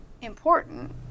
important